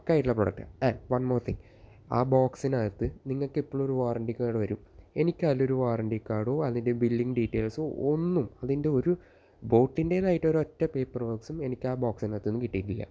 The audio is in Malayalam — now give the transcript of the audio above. പക്കാ ആയിട്ടുള്ള പ്രോഡക്റ്റ് വൺ മോർ തിങ്ങ് ആ ബോക്സിനകത്ത് നിങ്ങൾക്ക് എപ്പഴും ഒരു വാറണ്ടി കാർഡ് വരും എനിക്ക് അതിലൊരു വാറണ്ടി കാർഡോ അതിൻ്റെ ബില്ലിങ് ഡീറ്റയിൽസോ ഒന്നും അതിൻ്റെ ഒരു ബോട്ടിന്റ്റേതായിട്ട് ഒരൊറ്റ പേപ്പർ വർക്കസും എനിക്കാ ബോക്സിന്റെ അകത്ത് നിന്ന് കിട്ടിയിട്ടില്ല